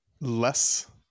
less